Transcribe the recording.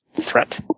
Threat